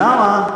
למה?